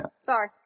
Sorry